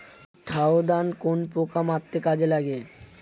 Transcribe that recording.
Thiodan কোন পোকা মারতে কাজে লাগে?